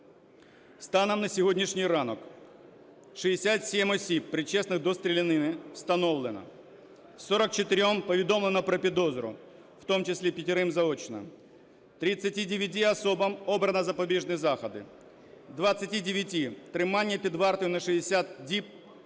Станом на сьогоднішній ранок 67 осіб, причетних до стрілянини, встановлено, 44-м повідомлено про підозру, в тому числі п'ятьом заочно, 39 особам обрано запобіжні заходи, 29 – тримання під вартою на 60 діб